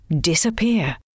disappear